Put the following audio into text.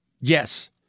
Yes